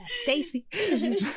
Stacy